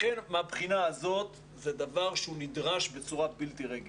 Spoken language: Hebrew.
לכן מהבחינה הזאת זה דבר שהוא נדרש בצורה בלתי רגילה.